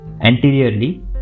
anteriorly